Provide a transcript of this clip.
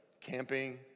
camping